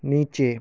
নিচে